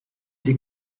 sie